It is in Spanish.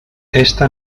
esta